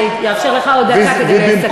אני אאפשר לך עוד דקה כדי לסיים.